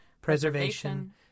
preservation